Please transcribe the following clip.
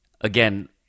again